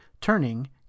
turning